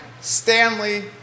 Stanley